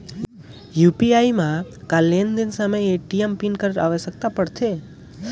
UPI म कौन लेन देन समय ए.टी.एम पिन कर आवश्यकता पड़थे?